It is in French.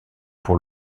pour